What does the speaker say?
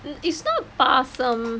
it's not பாசம்:paasam